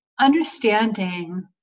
Understanding